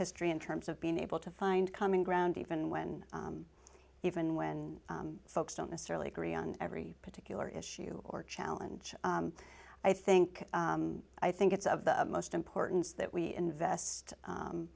history in terms of being able to find common ground even when even when folks don't necessarily agree on every particular issue or challenge i think i think it's of the most importance that we invest